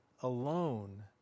alone